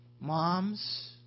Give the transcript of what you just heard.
moms